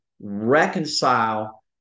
reconcile